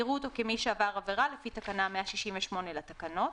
יראו אותו כמי שעבר עבירה לפי תקנה 168 לתקנות.